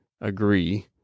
agree